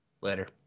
Later